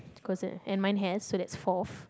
closet and mine has so that's fourth